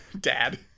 Dad